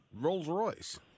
Rolls-Royce